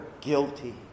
guilty